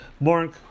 Mark